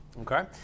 Okay